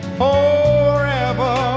forever